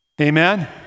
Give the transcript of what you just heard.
amen